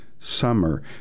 summer